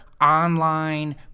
online